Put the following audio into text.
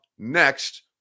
Next